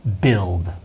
build